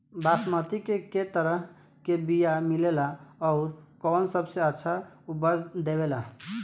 बासमती के कै तरह के बीया मिलेला आउर कौन सबसे अच्छा उपज देवेला?